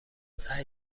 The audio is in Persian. سعی